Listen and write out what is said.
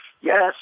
yes